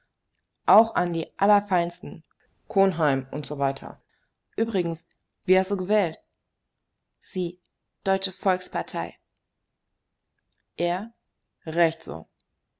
auch an die allerfeinsten cohnheim usw übrigens wie hast du gewählt sie deutsche volkspartei er recht so